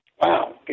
Wow